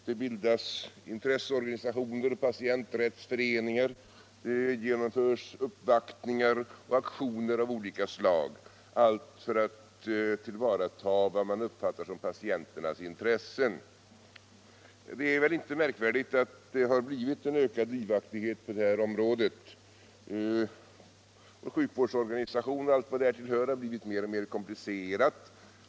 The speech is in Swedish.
Det bildas intresseorganisationer och patienträttsföreningar och det genomförs uppvaktningar och aktioner av olika slag, allt för att tillvarata vad man uppfattar som patienternas intressen. Det är väl inte märkvärdigt att det har blivit en ökad livaktighet på det här området. Vår sjukvårdsorganisation och allt vad därtill hör har blivit mer och mer komplicerad.